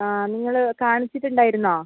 ആ നിങ്ങൾ കാണിച്ചിട്ടുണ്ടായിരുന്നോ